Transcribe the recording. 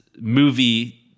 movie